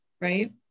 right